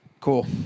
Cool